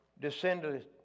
descended